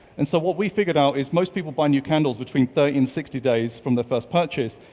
and so what we figured out is most people buy new candles between thirty and sixty days from their first purchase.